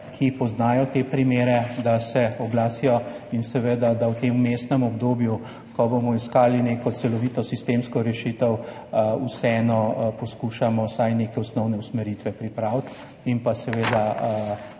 ki poznajo te primere, da se oglasijo in da v tem vmesnem obdobju, ko bomo iskali neko celovito sistemsko rešitev, vseeno poskušamo vsaj neke osnovne usmeritve pripraviti in s temi